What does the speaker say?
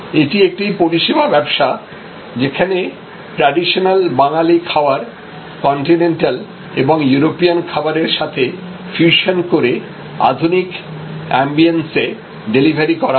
এটি একটি পরিষেবা ব্যবসা যেখানে ট্র্যাডিশনাল বাঙালি খাবারকন্টিনেন্টাল এবং ইউরোপিয়ান খাবারের সাথে ফিউশন করে আধুনিক আম্বিয়েন্স এ ডেলিভারি করা হয়